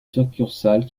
succursale